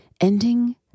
Ending